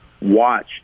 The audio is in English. watch